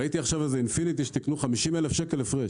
ראיתי עכשיו אינפיניטי שתיקנו 50,000 שקל הפרש.